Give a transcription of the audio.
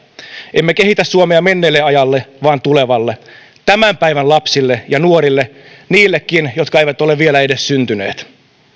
emme kehitä suomea menneelle ajalle vaan tulevalle tämän päivän lapsille ja nuorille niillekin jotka eivät ole vielä edes syntyneet